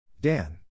Dan